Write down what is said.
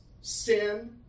sin